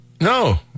No